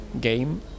game